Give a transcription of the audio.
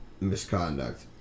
misconduct